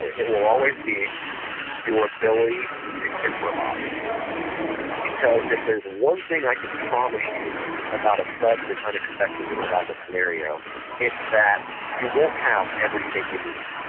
it will always be your ability to improvise because if there is one thing i can promise you about a sudden and unexpected survival scenario it's that you won't have everything you need.